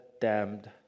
damned